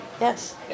Yes